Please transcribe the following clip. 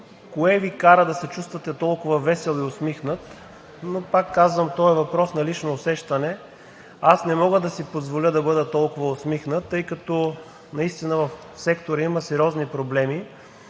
кое Ви кара да се чувствате толкова весел и усмихнат? Но, пак казвам, това е въпрос на лично усещане. Аз не мога да си позволя да бъда толкова усмихнат, тъй като наистина в сектора има сериозни проблеми.